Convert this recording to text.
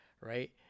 right